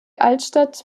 altstadt